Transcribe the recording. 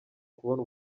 kubona